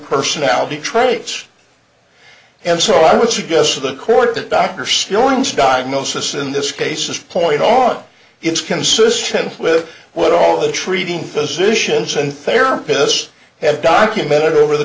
personality traits and so i would suggest to the court that dr storm's diagnosis in this case this point on is consistent with what all the treating physicians and therapists have documented over the